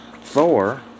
Thor